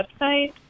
website